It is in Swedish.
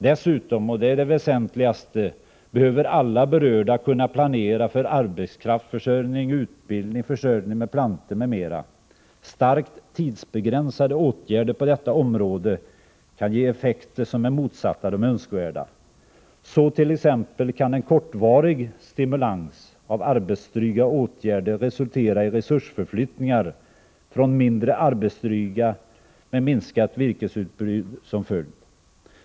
Dessutom, och det är det väsentligaste, behöver alla berörda kunna planera för arbetskraftsförsörjning, utbildning, försörjning med plantor m.m. Starkt tidsbegränsade åtgärder på detta område kan ge effekter som är motsatta de önskvärda. Så t.ex. kan en kortvarig stimulans av arbetsdryga åtgärder resultera i resursförflyttningar från mindre arbetsdryga med minskat virkesutbud som följd.